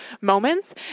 moments